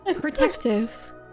Protective